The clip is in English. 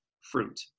fruit